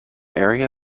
area